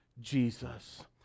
Jesus